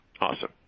Awesome